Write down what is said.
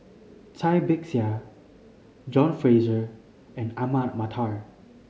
Cai Bixia John Fraser and Ahmad Mattar